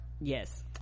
yes